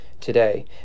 today